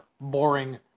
boring